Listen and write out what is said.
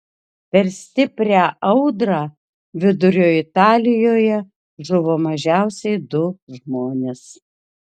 per stiprią audrą vidurio italijoje žuvo mažiausiai du žmonės